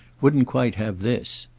wouldn't quite have this!